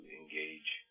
engage